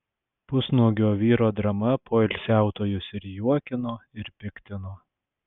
pusnuogio vyro drama poilsiautojus ir juokino ir piktino